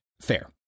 Fair